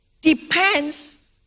depends